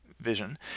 vision